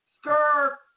Skirt